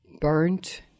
Burnt